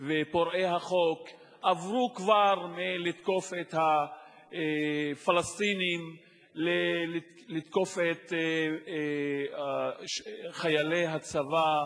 ופורעי החוק כבר עברו מלתקוף את הפלסטינים ללתקוף את חיילי הצבא.